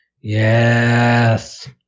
yes